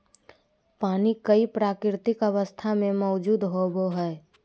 पानी कई प्राकृतिक अवस्था में मौजूद होबो हइ